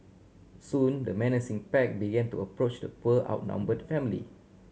soon the menacing pack began to approach the poor outnumbered family